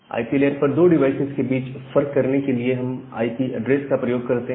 IP layer पर दो devices के बीच फर्क करने के लिए हम आईपी ऐड्रेस का प्रयोग करते हैं